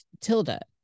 Tilda